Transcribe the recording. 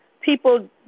people